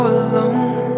alone